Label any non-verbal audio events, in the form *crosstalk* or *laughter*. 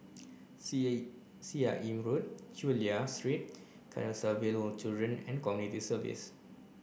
C A Seah In *unintelligible* Road Chulia Street Canossaville Children and Community Services